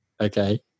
okay